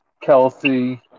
Kelsey